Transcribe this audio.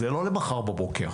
זה לא למחר בבוקר.